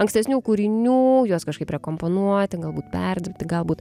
ankstesnių kūrinių juos kažkaip rekomponuoti galbūt perdirbti galbūt